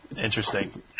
Interesting